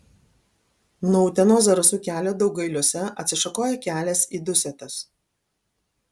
nuo utenos zarasų kelio daugailiuose atsišakoja kelias į dusetas